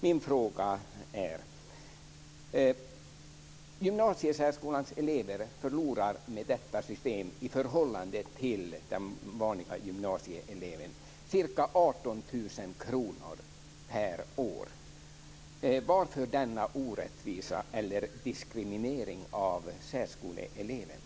Min fråga är: Gymnasiesärskolans elever förlorar med detta system i förhållande till den vanliga gymnasieeleven ca 18 000 kr per år. Varför denna orättvisa, eller diskriminering, av särskoleeleverna?